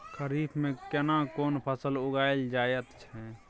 खरीफ में केना कोन फसल उगायल जायत छै?